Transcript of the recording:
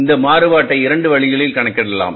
இந்த மாறுபாட்டை 2 வழிகளிலும் கணக்கிடலாம்